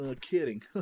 Kidding